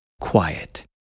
quiet